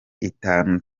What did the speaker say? itanu